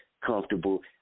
comfortable